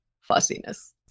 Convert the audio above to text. fussiness